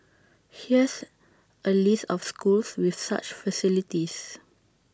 here's A list of schools with such facilities